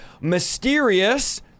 mysterious